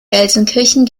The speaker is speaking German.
gelsenkirchen